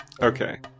Okay